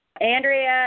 andrea